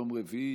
יום רביעי,